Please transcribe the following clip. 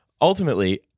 ultimately